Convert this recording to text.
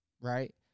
right